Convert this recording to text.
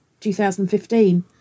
2015